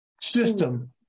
system